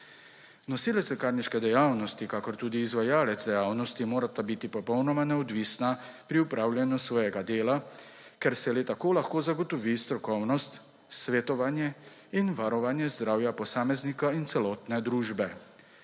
Nosilec lekarniške dejavnosti kakor tudi izvajalec dejavnosti morata biti popolnoma neodvisna pri opravljanju svojega dela, ker se le tako lahko zagotovi strokovnost, svetovanje in varovanje zdravja posameznika in celotne družbe.